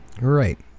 Right